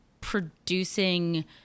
producing